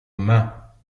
mains